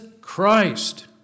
Christ